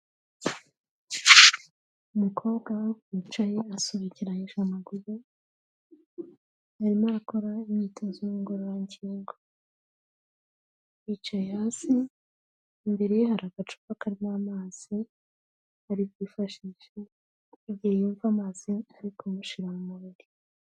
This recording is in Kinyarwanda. Umukobwa wicaye asobekeranyije amaguru, arimo akora imyitozo ngororangingo, yicaye hasi, imbere hari agacupa karimo amazi ari kwifashisha igihe yumva amazi ari kumushira mu mubiri.